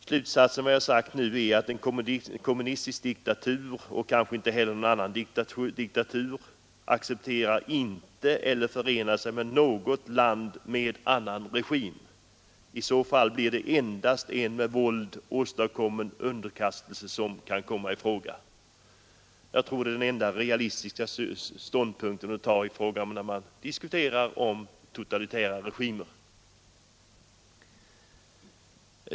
Slutsatsen av vad jag nyss sagt är att en kommunistisk diktatur — eller någon annan diktatur — inte accepterar eller förenar sig med något annat land med annan regim. I så fall blir det endast en med våld åstadkommen underkastelse som kan komma i fråga. Jag tror att det är den enda realistiska ståndpunkten man kan ha när man diskuterar totalitära regimer.